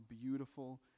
beautiful